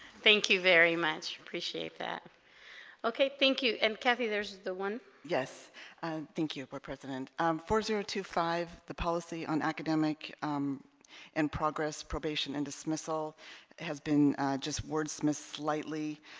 thank you very much appreciate that okay thank you and kathy there's the one yes thank you for president four zero two five the policy on academic and progress probation and dismissal has been just wordsmiths lightly